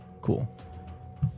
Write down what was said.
Cool